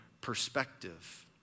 perspective